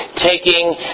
taking